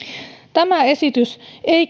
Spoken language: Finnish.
tämä esitys ei